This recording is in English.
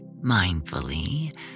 mindfully